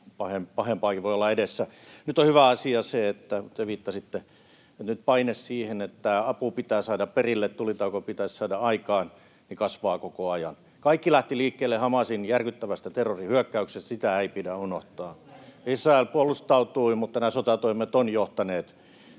pahempaakin voi olla edessä. Nyt on hyvä asia se, kuten viittasitte, että paine siihen, että apu pitää saada perille, tulitauko pitäisi saada aikaan, kasvaa koko ajan. Kaikki lähti liikkeelle Hamasin järkyttävästä terrorihyökkäyksestä, sitä ei pidä unohtaa. Israel puolustautui, mutta nämä sotatoimet ovat johtaneet